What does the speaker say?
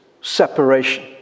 separation